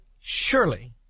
surely